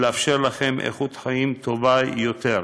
ולאפשר לכם איכות חיים טובה יותר.